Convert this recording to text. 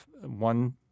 one